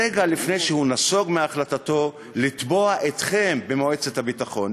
רגע לפני שהוא נסוג מהחלטתו לתבוע אתכם במועצת הביטחון.